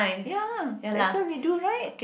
ya that's what we do right